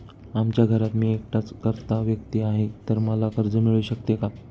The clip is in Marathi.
आमच्या घरात मी एकटाच कर्ता व्यक्ती आहे, तर मला कर्ज मिळू शकते का?